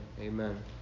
amen